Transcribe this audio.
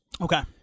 Okay